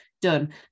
done